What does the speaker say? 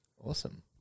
Awesome